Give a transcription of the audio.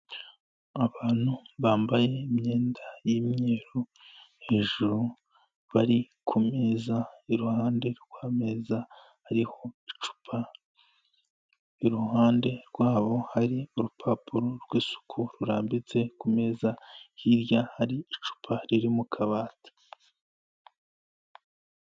Abantu bambaye imyenda y'imyeru, hejuru bari ku meza, iruhande rw'ameza hariho icupa, iruhande rwabo hari urupapuro rw'isuku rurambitse ku meza, hirya hari icupa riri mu kabati.